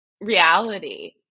reality